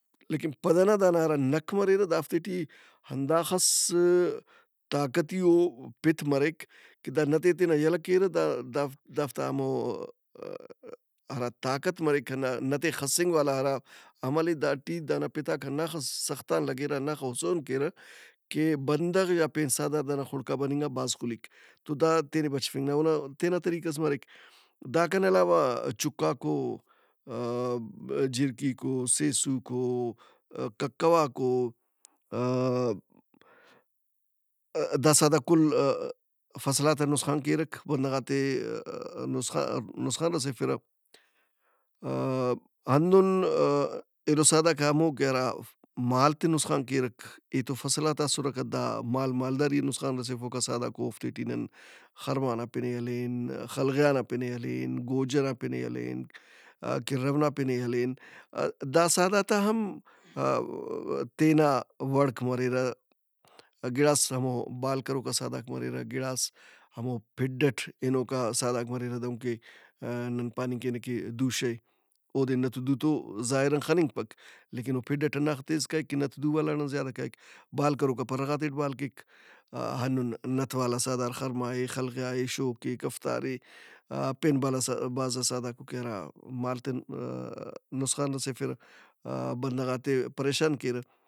لیکن پدئنا ہرا دانا نکّ مریرہ دافتے ٹی ہنداخس طاقتیئو پِت مریک کہ دا نت ئے تینا یلہ کیرہ دا داف دافتا ہمو ا-ا- ہرا طاقت مریک ہنّا نت ئے خسِّنگ والا ہرا عمل اے داٹی دانا پِتاک ہنّاخس سخت آن لگّرہ ہنّاخہ ہُسون کیرہ کہ بندغ یا پین سہدار دانا خُڑک آ بننگ آ بھاز خُلِیک۔ تو دا تینے بچفنگ نا اونا تینا طریقہس مریک۔ داکان علاوہ چُکاک اوآ- جِھرکِیک او، سیسُوک او، ککّواک او، آ-ا- داسہدارک کُل ا- فصلات آ نسخان کیرک۔ بندغات ئے نُسخان رسیفرہ۔ آ- ہندن ایلو سہدارک ہمو کہ ہرا مالت ئے نسخان کیرک۔ اے تو فصلات آ اسُّرک دا مال مالداری ئے نسخان رسیفوکا سہداراک او۔ اوفتے ٹی نن خرما نا پِن ئے ہلین، خلیغا نا پِن ئے ہلین، گوج ئنا پِن ئے ہلین، کِرّو نا پِن ئے ہلین ا- دا سہدارت آ ہم ا-ا- تینا وڑک مریرہ۔ گِڑاس ہمو بال کروکا سہدارک مریرہ، گڑاس ہمو پِھڈ اٹ ہنوکا سہدارک مریرہ دہنکہ نن پاننگ کینہ کہ دُوشہ اے۔ اودے نت او دُو تو ظاہران خننگپک لیکن او پِھڈ اٹ ہنّاخہ تیز کائک کہ نت دُو والاڑان زیادہ کائک۔ بال کروکا پرّہ غاتیٹ بال کیک۔ ہنُّن نت والا سہدار خرما اے، خلغیا اے، شوک اے، کفتاراے پین بھالا بھازا سہدارک او کہ ہرا مالتے ان آ- نُسکان رسیفِرہ، آ- بندغات ئے پریشان کیرہ۔